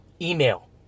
email